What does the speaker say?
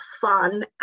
fun